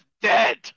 dead